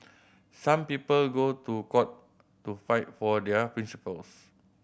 some people go to court to fight for their principles